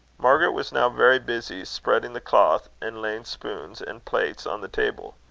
margaret was now very busy spreading the cloth and laying spoon and plates on the table.